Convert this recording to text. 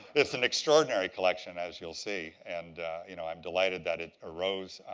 it's an extraordinary collection as you'll see and you know i'm delighted that it arose.